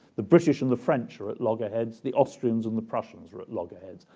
the british and the french were at loggerheads. the austrians and the prussians were at loggerheads.